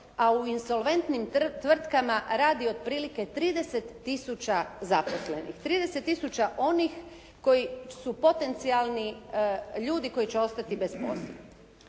a u insolventnim tvrtkama radi otprilike 30 tisuća zaposlenih. 30 tisuća onih koji su potencijalni ljudi koji će ostati bez posla.